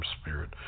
Spirit